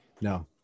No